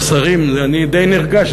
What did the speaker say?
אני די נרגש,